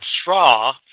straw